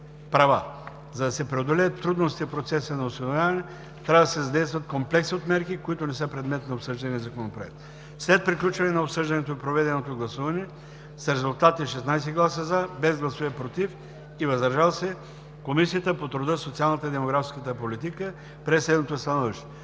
права. За да се преодолеят трудностите в процеса на осиновяване, трябва да се задействат комплекс от мерки, които не са предмет на обсъждания законопроект. След приключване на обсъждането и проведеното гласуване с резултати: 16 гласа „за“, без гласове „против“ и „въздържал се“ Комисията по труда, социалната и демографската политика прие следното становище: